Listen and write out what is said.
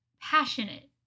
passionate